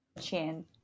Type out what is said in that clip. Chin